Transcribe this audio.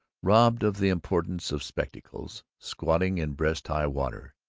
robbed of the importance of spectacles, squatting in breast-high water,